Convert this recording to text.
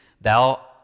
Thou